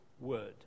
word